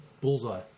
Bullseye